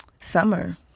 summer